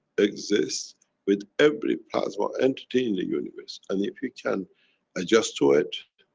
exists with every plasma entity in the universe. and if you can adjust to it,